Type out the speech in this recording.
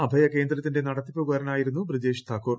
അഭയ കേന്ദ്രത്തിന്റെ നടത്തിപ്പുകാരനായിരുന്നു ബ്രജേഷ് താക്കൂർ